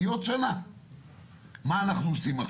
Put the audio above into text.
בדרך כלל מי שמטיל את הקנס המנהלי הוא לא זה שדן בבקשה